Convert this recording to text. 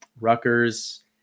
Rutgers